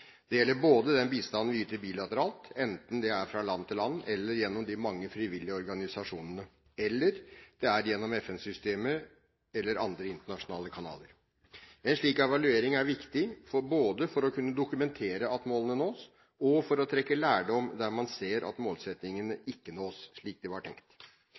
Det gjelder den bistanden vi yter bilateralt, enten det er fra land til land eller gjennom de mange frivillige organisasjonene, eller det er gjennom FN-systemet eller andre internasjonale kanaler. En slik evaluering er viktig både for å kunne dokumentere at målene nås og for å trekke lærdom der man ser at målsettingene ikke nås slik de var tenkt.